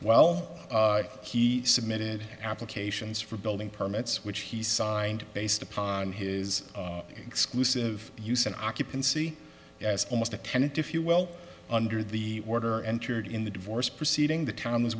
while he submitted applications for building permits which he signed based upon his exclusive use an occupancy as almost a tenant if you well under the order entered in the divorce proceeding the town was